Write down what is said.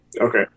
Okay